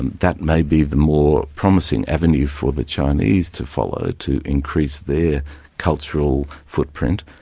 and that may be the more promising avenue for the chinese to follow to increase their cultural footprint,